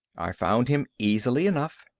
i found him easily enough.